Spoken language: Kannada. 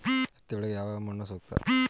ಹತ್ತಿ ಬೆಳೆಗೆ ಯಾವ ಮಣ್ಣು ಸೂಕ್ತ?